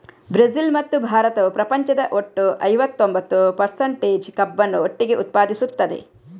Brazil ಮತ್ತು ಭಾರತವು ಪ್ರಪಂಚದ ಒಟ್ಟು ಐವತ್ತೊಂಬತ್ತು ಪರ್ಸಂಟೇಜ್ ಕಬ್ಬನ್ನು ಒಟ್ಟಿಗೆ ಉತ್ಪಾದಿಸುತ್ತದೆ